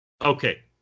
okay